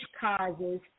causes